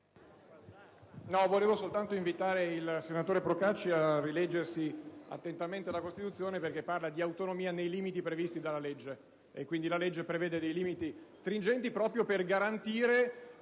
vorrei invitare il senatore Procacci a rileggersi attentamente la Costituzione, che parla di autonomia nei limiti previsti dalla legge. La legge, quindi, prevede dei limiti stringenti proprio per garantire